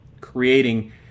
creating